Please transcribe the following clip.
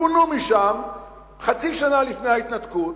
ופונו משם חצי שנה לפני ההתנתקות.